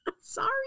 Sorry